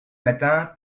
matin